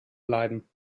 bleiben